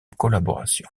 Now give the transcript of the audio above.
collaboration